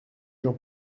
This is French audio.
gens